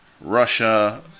Russia